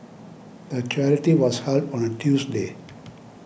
the charity was held on a Tuesday